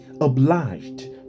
obliged